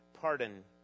pardon